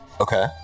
Okay